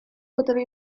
poteva